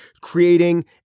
creating